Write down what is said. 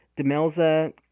Demelza